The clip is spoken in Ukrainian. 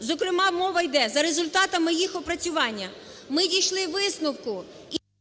зокрема, мова йде за результатами їх опрацювання. Ми дійшли висновку і…